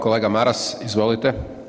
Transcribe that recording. Kolega Maras izvolite.